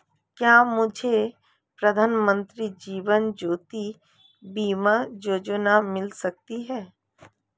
क्या मुझे प्रधानमंत्री जीवन ज्योति बीमा योजना मिल सकती है?